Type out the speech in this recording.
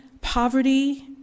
poverty